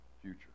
future